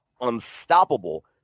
Unstoppable